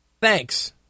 Thanks